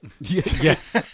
yes